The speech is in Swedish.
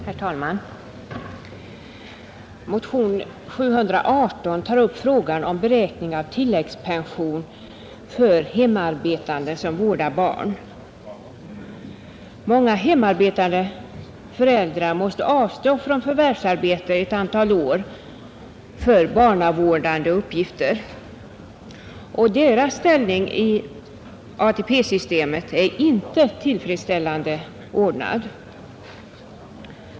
Herr talman! Motionen 718 tar upp frågan om beräkningen av tilläggspension för hemarbetande som vårdar barn. Mänga hemarbetande föräldrar mäste avstå från förvärvsarbete ett antal år för barnavårdande uppgifter. Deras ställning i ATP-systemet är inte tillfredsställande ordnad.